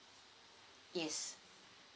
yes